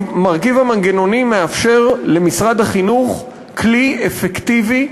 שמאפשר למשרד החינוך כלי אפקטיבי,